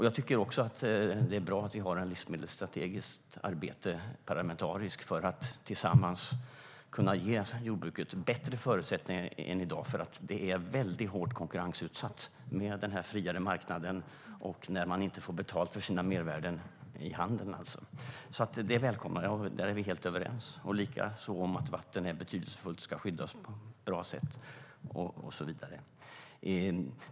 Jag tycker också att det är bra att vi har ett parlamentariskt livsmedelsstrategiskt arbete för att tillsammans kunna ge jordbruket bättre förutsättningar än i dag. Jordbruket är väldigt hårt konkurrensutsatt med den här friare marknaden. Man får inte betalt för sina mervärden i handen. Detta arbete välkomnar jag, och där är vi helt överens. Likaså är vi överens om att vatten är betydelsefullt och ska skyddas på ett bra sätt och så vidare.